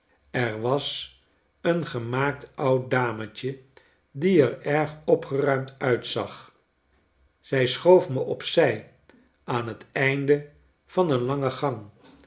er was een gemaakt oud dametje die er erg opgeruimd uitzag zij schoof me op zij aan t einde van een lange gang